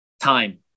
time